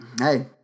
Hey